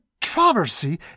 controversy